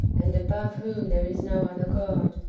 and above whom there is no other god?